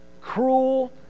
cruel